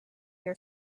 your